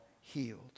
healed